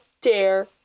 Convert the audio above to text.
dare